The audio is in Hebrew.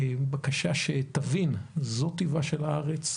שתבין שזו טיבה של הארץ.